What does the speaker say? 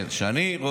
לא, הוא כבר היה.